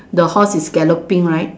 the horse is galloping right